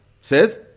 says